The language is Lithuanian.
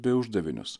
bei uždavinius